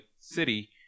city